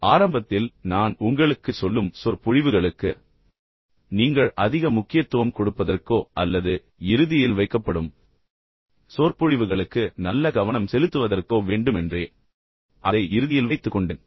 ஆரம்பத்தில் நான் உங்களுக்குச் சொல்லும் சொற்பொழிவுகளுக்கு நீங்கள் அதிக முக்கியத்துவம் கொடுப்பதற்கோ அல்லது இறுதியில் வைக்கப்படும் சொற்பொழிவுகளுக்கு நீங்கள் நல்ல கவனம் செலுத்துவதற்கோ வேண்டுமென்றே அதை இறுதியில் வைத்துக்கொண்டேன்